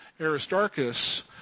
Aristarchus